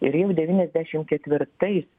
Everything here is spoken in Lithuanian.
ir jau devyniasdešim ketvirtais